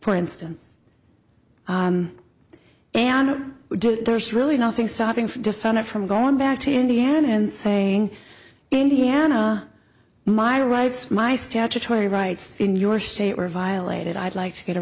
for instance and there's really nothing stopping for defendant from going back to indiana and saying indiana my rights my statutory rights in your state were violated i'd like to get a